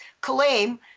claim